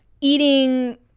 eating